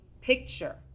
picture